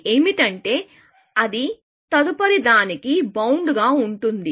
ఇది ఏమిటంటే అది తదుపరిదానికి బౌండ్ గా ఉంటుంది